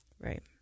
Right